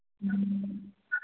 ಹ್ಞೂ